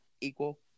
equal